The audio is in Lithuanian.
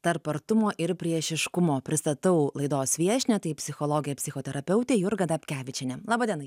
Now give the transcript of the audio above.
tarp artumo ir priešiškumo pristatau laidos viešnią tai psichologė psichoterapeutė jurga dapkevičienė laba diena